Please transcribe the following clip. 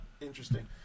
interesting